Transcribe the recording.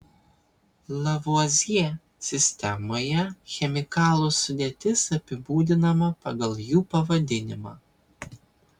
lavuazjė sistemoje chemikalų sudėtis apibūdinama pagal jų pavadinimą